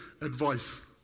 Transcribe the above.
advice